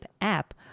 app